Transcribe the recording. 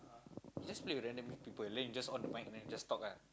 you just play with randomly people then you'll just on the mic then you just talk ah